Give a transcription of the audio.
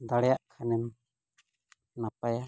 ᱫᱟᱲᱮᱭᱟᱜ ᱠᱷᱟᱱᱮᱢ ᱱᱟᱯᱟᱭᱟ